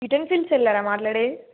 kitchen field సెల్లారా మాట్లాడేది